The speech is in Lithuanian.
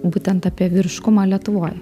būtent apie vyriškumą lietuvoj